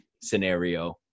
scenario